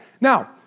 Now